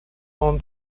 non